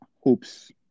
hopes